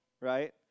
right